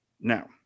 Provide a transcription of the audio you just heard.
Now